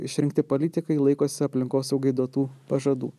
išrinkti politikai laikosi aplinkosaugai duotų pažadų